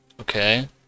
Okay